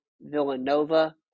Villanova